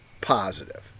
positive